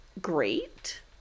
great